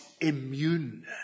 immune